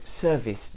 service